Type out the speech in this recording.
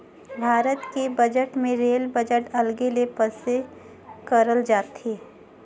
भारत के बजट मे rail budget अलगे ले पेस करल जाथे